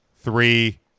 three